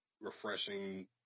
refreshing